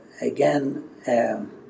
again